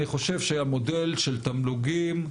המודל של תמלוגים,